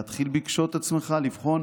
להתחיל ב'קשוט עצמך', ולבחון